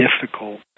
difficult